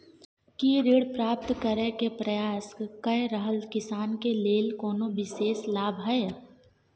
की ऋण प्राप्त करय के प्रयास कए रहल किसान के लेल कोनो विशेष लाभ हय?